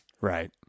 Right